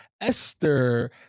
Esther